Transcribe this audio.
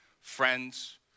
friends